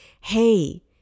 hey